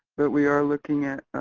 but we are looking at,